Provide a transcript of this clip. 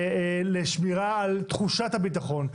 לשמירה על תחושת הביטחון.